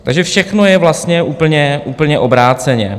Takže všechno je vlastně úplně, úplně obráceně.